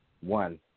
one